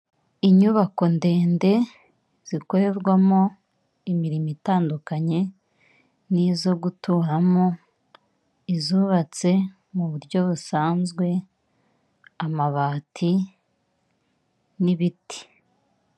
Inyubako ndende zikorerwamo imirimo itandukanye n'izo guturamo izubatse mu buryo busanzwe amabati n'ibiti.